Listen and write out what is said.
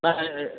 না